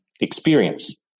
experience